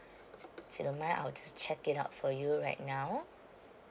if you don't mind I'll just check it out for you right now